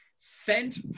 sent